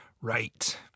right